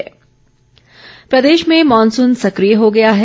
मौसम प्रदेश में मॉनसून सक्रिय हो गया है